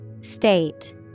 State